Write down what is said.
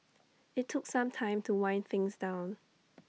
IT took some time to wind things down